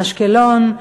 אשקלון,